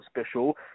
special